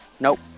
Nope